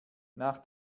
nach